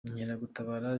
inkeragutabara